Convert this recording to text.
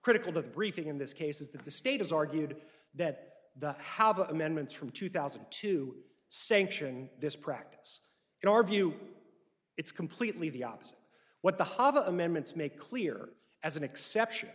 critical to the briefing in this case is that the state has argued that the how of amendments from two thousand to sanction this practice in our view it's completely the opposite of what the hava amendments make clear as an exception